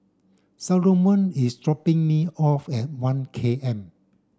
Salomon is dropping me off at One K M